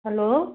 hello